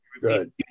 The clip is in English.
good